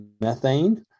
methane